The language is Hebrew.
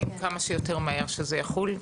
כמה שיותר מהר שזה יחול,